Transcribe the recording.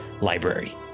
library